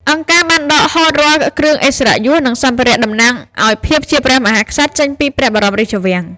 អង្គការបានដកហូតរាល់គ្រឿងឥស្សរិយយស និងសម្ភារៈតំណាងឱ្យភាពជាព្រះមហាក្សត្រចេញពីព្រះបរមរាជវាំង។